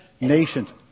nations